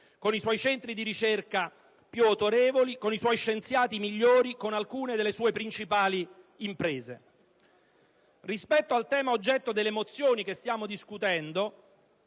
con i suoi centri di ricerca più autorevoli con i suoi scienziati migliori, con alcune delle sue principali imprese. Rispetto al tema oggetto delle mozioni che stiamo discutendo,